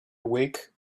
awake